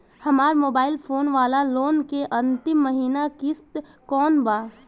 हमार mobile phone वाला loan के अंतिम महिना किश्त कौन बा?